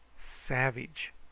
savage